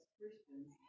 Christians